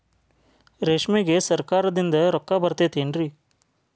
ರೇಷ್ಮೆಗೆ ಸರಕಾರದಿಂದ ರೊಕ್ಕ ಬರತೈತೇನ್ರಿ?